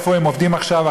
איפה הם עובדים עכשיו,